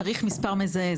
צריך מספר מזהה.